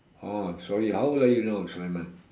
oh sorry how old are you now sulaiman